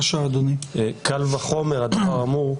קל וחומר הדבר אמור,